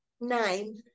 nine